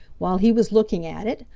while he was looking at it,